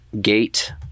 gate